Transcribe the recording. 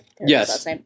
Yes